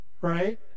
Right